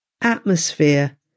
atmosphere